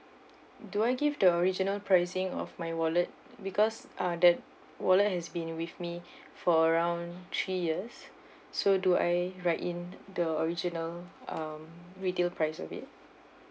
do I give the original pricing of my wallet because uh that wallet has been with me for around three years so do I write in the original um retail price of it